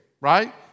right